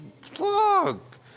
fuck